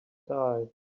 die